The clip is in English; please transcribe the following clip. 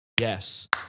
Yes